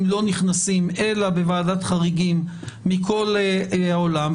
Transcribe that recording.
לא נכנסים אלא בוועדת חריגים מכל העולם.